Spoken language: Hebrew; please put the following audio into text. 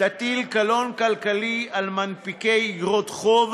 תטיל קלון כלכלי על מנפיקי איגרות חוב